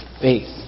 faith